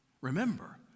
Remember